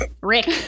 Rick